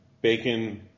bacon